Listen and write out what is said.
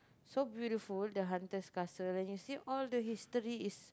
so beautiful the hunter's castle and you see all the history is